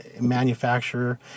manufacturer